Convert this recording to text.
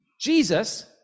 Jesus